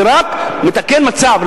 זה רק מתקן מצב,